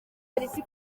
yavutse